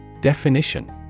Definition